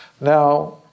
Now